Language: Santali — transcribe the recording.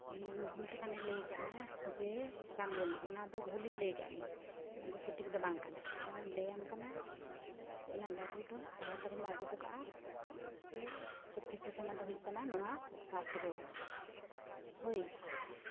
ᱤᱧ ᱵᱷᱩᱞ ᱴᱷᱤᱠᱟᱹᱱᱟᱧ ᱞᱟᱹᱭ ᱟᱠᱟᱫ ᱢᱮᱭᱟ ᱡᱮ ᱡᱟᱢᱵᱚᱱᱤ ᱚᱱᱟᱫᱚ ᱵᱷᱩᱞᱤᱧ ᱞᱟᱹᱭ ᱟᱠᱟᱫ ᱢᱮᱭᱟ ᱚᱱᱟ ᱫᱚ ᱥᱚᱴᱤᱠ ᱫᱚ ᱵᱟᱝ ᱠᱟᱱᱟ ᱤᱧᱤᱧ ᱞᱟᱹᱭᱟᱢ ᱠᱟᱱᱟ ᱚᱱᱟ ᱞᱟᱰᱩ ᱫᱚ ᱛᱟᱲᱟᱛᱟᱲᱤᱢ ᱟᱹᱜᱩᱦᱚᱴᱚ ᱠᱟᱜᱼᱟ ᱡᱮ ᱥᱚᱴᱷᱤᱠ ᱴᱷᱤᱠᱟᱱᱟ ᱫᱚ ᱦᱩᱭᱩᱜ ᱠᱟᱱᱟ ᱱᱚᱣᱟ ᱵᱟᱥᱨᱳᱭᱟ ᱦᱳᱭ